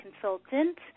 consultant